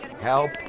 Help